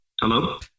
Hello